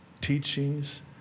teachings